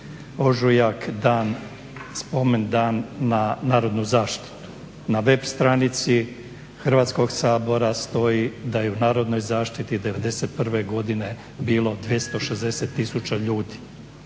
ožujak Spomen dan na Narodnu zaštitu. Na web stranici Hrvatskog sabora stoji da je u Narodnoj zaštiti '91. godine bilo 260 tisuća ljudi.